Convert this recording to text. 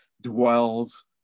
dwells